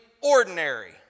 ordinary